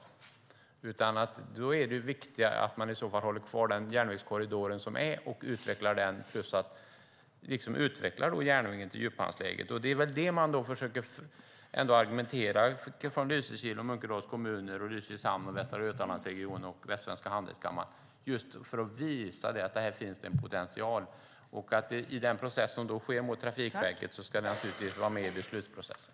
Det är i så fall viktigare att hålla kvar den järnvägskorridor som finns och utveckla den plus att utveckla järnvägen till djuphamnsläget. Det är väl det man försöker argumentera för från Lysekils och Munkedals kommuner, Lysekils Hamn, Västra Götalandsregionen och Västsvenska Handelskammaren, just för att visa att här finns en potential. I den process som då sker mot Trafikverket ska de naturligtvis vara med i beslutprocessen.